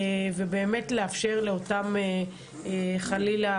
ובאמת לאפשר לאותם חלילה,